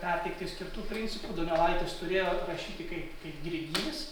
perteikti skirtų principų donelaitis turėjo rašyti kaip kaip girdįs